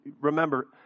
Remember